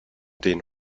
den